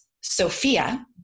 Sophia